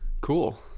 Cool